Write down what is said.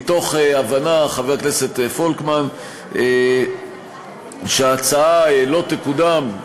מתוך הבנה, חבר הכנסת פולקמן, שההצעה לא תקודם,